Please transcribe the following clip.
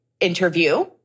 interview